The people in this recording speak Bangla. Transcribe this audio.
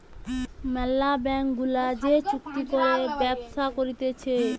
ম্যালা ব্যাঙ্ক গুলা যে চুক্তি করে ব্যবসা করতিছে